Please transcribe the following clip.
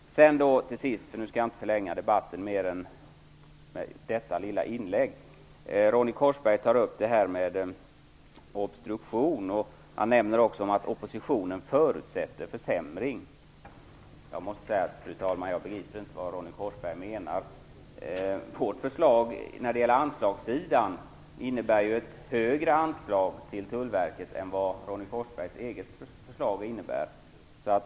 Nu skall jag inte förlänga debatten utöver detta anförande, men låt mig till sist kommentera vad Ronny Korsberg tar upp om obstruktion. Han nämner att oppositionen förutsätter försämring. Jag begriper inte, fru talman, vad Ronny Korsberg menar. Vårt förslag när det gäller anslagssidan innebär ju ett högre anslag till Tullverket än vad Ronny Korsbergs eget förslag innebär.